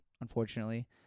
unfortunately